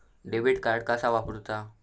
Debit card कसा वापरुचा?